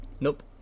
Nope